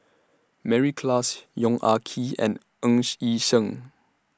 Mary Klass Yong Ah Kee and Ng Yi Sheng